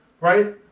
Right